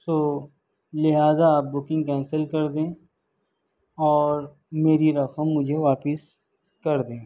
سو لہٰذا آپ booking cancel کردیں اور میری رقم مجھے واپس کر دیں